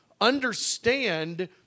understand